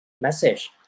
message